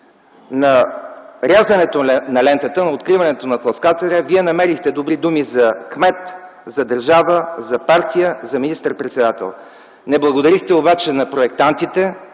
на рязането на лентата на откриването на тласкателя Вие намерихте добри думи за кмета, за държава, за партия, за министър-председател. Не благодарихте обаче на проектантите,